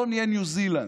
לא נהיה ניו זילנד,